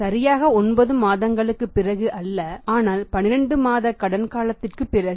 சரியாக 9 மாதங்களுக்குப் பிறகு அல்ல ஆனால் 12 மாத கடன் காலத்திற்கு பிறகு